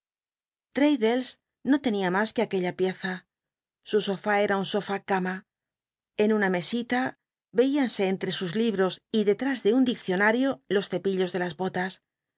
no tenia mas que aquella pieza su so j i era un softi cama en una mesita veíanse cutre sus libros y dctrtis de un diccional'io los cc illos de las botas